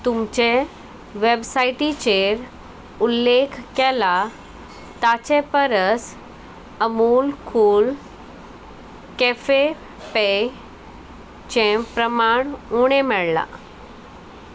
तुमचे वेबसायटीचेर उल्लेख केला ताचे परस अमूल कूल कॅफे पेयचें प्रमाण उणें मेळ्ळां